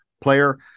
player